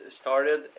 started